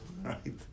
right